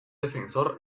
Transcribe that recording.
defensor